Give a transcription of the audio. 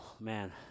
man